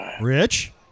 Rich